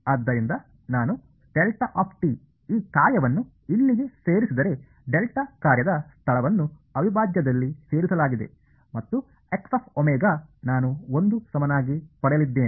ಆದ್ದರಿಂದ ನಾನು ಈ ಕಾರ್ಯವನ್ನು ಇಲ್ಲಿಗೆ ಸೇರಿಸಿದರೆ ಡೆಲ್ಟಾ ಕಾರ್ಯದ ಸ್ಥಳವನ್ನು ಅವಿಭಾಜ್ಯದಲ್ಲಿ ಸೇರಿಸಲಾಗಿದೆ ಮತ್ತು ನಾನು 1 ಸಮನಾಗಿ ಪಡೆಯಲಿದ್ದೇನೆ